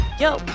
yo